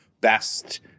best